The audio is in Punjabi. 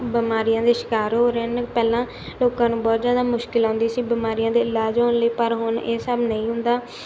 ਬਿਮਾਰੀਆਂ ਦੇ ਸ਼ਿਕਾਰ ਹੋ ਰਹੇ ਨੇ ਪਹਿਲਾਂ ਲੋਕਾਂ ਨੂੰ ਬਹੁਤ ਜ਼ਿਆਦਾ ਮੁਸ਼ਕਲ ਆਉਂਦੀ ਸੀ ਬਿਮਾਰੀਆਂ ਦੇ ਇਲਾਜ ਹੋਣ ਲਈ ਪਰ ਹੁਣ ਇਹ ਸਭ ਨਹੀਂ ਹੁੰਦਾ